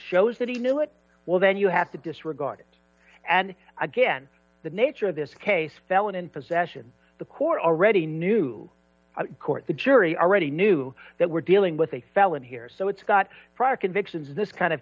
shows that he knew it well then you have to disregard it and again the nature of this case felon in possession the court already knew the court the jury already knew that we're dealing with a felony here so it's got prior convictions this kind of